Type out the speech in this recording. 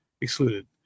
excluded